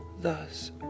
Thus